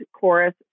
chorus